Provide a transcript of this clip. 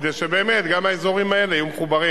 כדי שבאמת גם האזורים האלה יהיו מחוברים